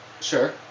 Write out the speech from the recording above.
Sure